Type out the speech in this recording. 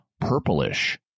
purplish